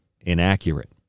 inaccurate